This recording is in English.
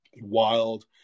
wild